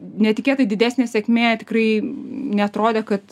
netikėtai didesnė sėkmė tikrai neatrodė kad